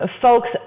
folks